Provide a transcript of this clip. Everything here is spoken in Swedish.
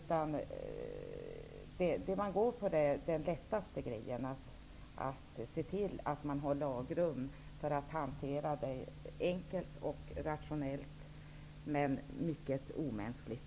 Man väljer i stället det som är lättast, nämligen att se till att det finns lagrum för att hantera frågorna enkelt och rationellt, men mycket omänskligt.